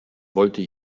wollte